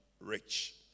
rich